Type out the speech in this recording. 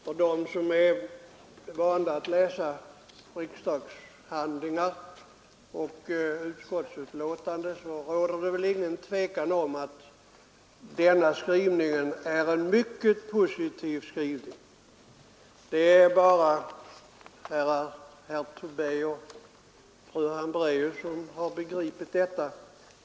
Ärade talman! Bland dem som är vana att läsa riksdagshandlingar och utskottsbetänkanden råder det väl ingen tvekan om att skrivningen i det 229 föreliggande betänkandet är mycket positiv. Men det är bara herr Tobé och fru Hambraeus som har begripit detta.